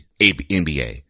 NBA